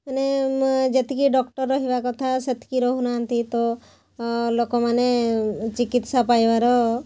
ମାନେ ଯେତିକି ଡକ୍ଟର୍ ରହିବା କଥା ସେତିକି ରହୁନାହାଁନ୍ତି ତ ଲୋକମାନେ ଚିକିତ୍ସା ପାଇବାର